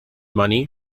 money